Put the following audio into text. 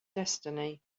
destiny